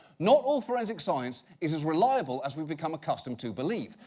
not all forensic science is as reliable as we've become accustomed to believe.